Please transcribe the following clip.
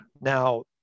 Now